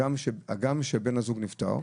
הגם שבן הזוג נפטר.